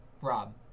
Rob